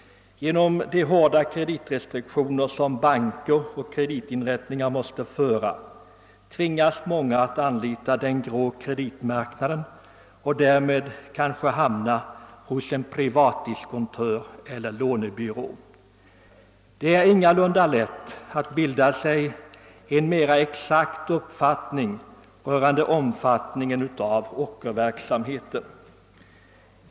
Genom de hårda kreditrestriktioner som banker och kreditinrättningar måste tillämpa tvingas många att anlita den grå kreditmarknaden, och därmed hamnar de kanske hos en privatdiskontör eller en lånebyrå. Det är ingalunda lätt att bilda sig en mera exakt uppfattning rörande omfattningen av ockerverksamheten.